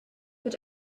but